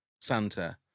Santa